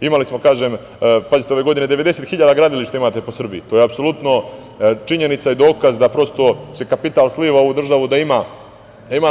Imali smo, kažem, pazite, ove godine 90.000 gradilišta imate po Srbiji, to je apsolutno činjenica i dokaz da prosto se kapital sliva u državu da ima